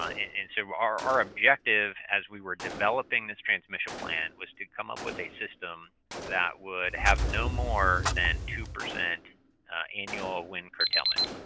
and so, our our objective as we were developing this transmission plan was to come up with a system that would have no more than two percent annual wind curtailment.